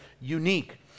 unique